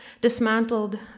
dismantled